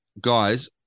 guys